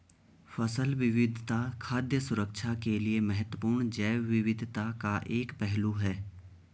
फसल विविधता खाद्य सुरक्षा के लिए महत्वपूर्ण जैव विविधता का एक पहलू है